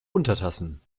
untertassen